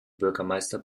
bürgermeister